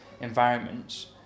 environments